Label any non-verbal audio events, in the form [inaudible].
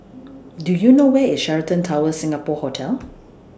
[noise] Do YOU know Where IS Sheraton Towers Singapore Hotel